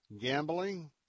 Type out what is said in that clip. Gambling